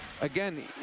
again